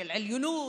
של עליונות,